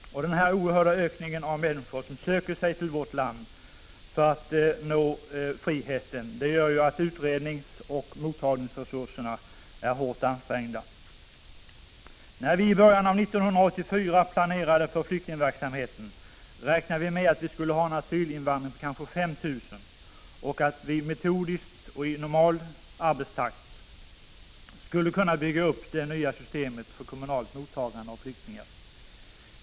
Den här oerhörda ökningen av människor som söker sig till vårt land för att nå friheten gör att utredningsoch mottagningsresurserna är hårt ansträngda. När vii början av 1984 planerade för flyktingverksamheten räknade vi med att vi skulle ha en asylinvandring på kanske 5 000 personer och att vi metodiskt och i normal arbetstakt skulle kunna bygga upp det nya systemet för kommunalt mottagande av flyktingar.